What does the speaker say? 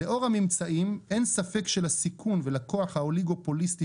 "לאור הממצאים אין ספק שלסיכון ולכוח האוליגופוליסטי